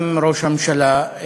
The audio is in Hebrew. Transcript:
גם ראש הממשלה,